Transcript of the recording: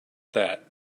that